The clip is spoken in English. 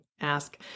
ask